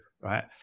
right